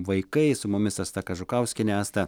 vaikai su mumis asta kažukauskienė asta